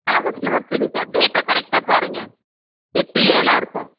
ஆகஸ்டில் வர சொல்லியிருக்கா டேட்டை கரெக்ட்டாக பாருங்கள் எட்டு ஏழாக இருக்கும்